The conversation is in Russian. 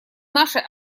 нашей